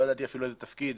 לא ידעתי אפילו באיזה תפקיד,